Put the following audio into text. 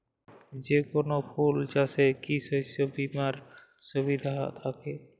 যেকোন ফুল চাষে কি শস্য বিমার সুবিধা থাকে?